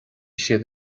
siad